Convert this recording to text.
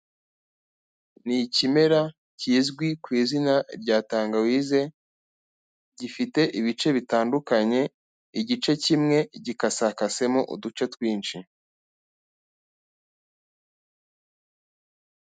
Ni ikimera kizwi ku izina rya tangawize, gifite ibice bitandukanye, igice kimwe gikasa kasemo uduce twinshi.